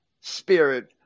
Spirit